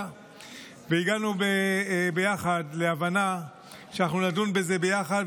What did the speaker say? והגענו ביחד להבנה שנדון בזה ביחד,